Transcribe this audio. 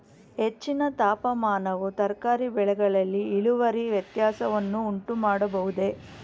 ಹೆಚ್ಚಿನ ತಾಪಮಾನವು ತರಕಾರಿ ಬೆಳೆಗಳಲ್ಲಿ ಇಳುವರಿ ವ್ಯತ್ಯಾಸವನ್ನು ಉಂಟುಮಾಡಬಹುದೇ?